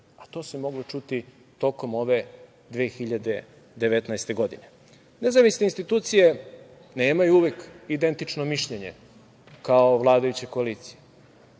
a to se moglo čuti tokom ove 2019. godine. Nezavisne institucije nemaju uvek identično mišljenje kao vladajuće koalicije.